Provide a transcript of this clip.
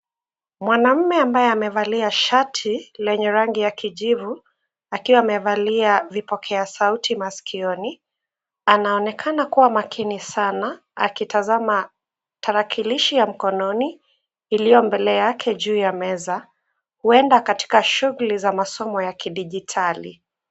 Mwanaume ambaye amevalia shati lenye rangi ya kijivu akiwa amevalia vipokea sauti maskioni. Anaonekana kuwa makini sana akitazama tarakilishi ya mkononi iliyo mbele yake juu ya meza. Huenda katika shuguli za masomo ya kidijitali.